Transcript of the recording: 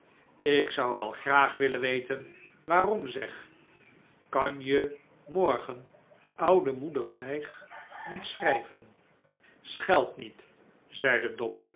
ik zou wel graag willen weten waarom zeg kan je morgen oude moeder vijg niet schrijven scheld niet zeide